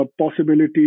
possibilities